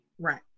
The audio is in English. Right